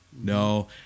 No